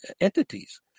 entities